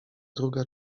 druga